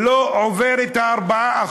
לא עובר את ה-4%.